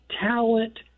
talent